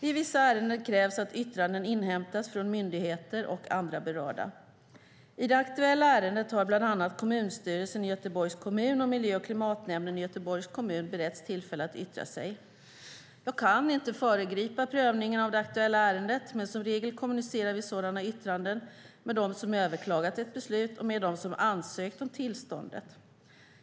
I vissa ärenden krävs att yttranden inhämtas från myndigheter och andra berörda. I det aktuella ärendet har bland annat kommunstyrelsen i Göteborgs kommun och miljö och klimatnämnden i Göteborgs kommun beretts tillfälle att yttra sig. Jag kan inte föregripa prövningen av det aktuella ärendet, men som regel kommunicerar vi sådana yttranden med dem som överklagat ett beslut och med dem som ansökt om tillståndet.